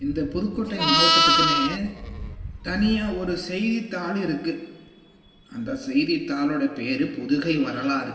இந்த புதுக்கோட்டை மாவட்டத்துக்குன்னே தனியாக ஒரு செய்தித்தாள் இருக்குது அந்த செய்தித்தாளோடய பேரு புதுகை வரலாறு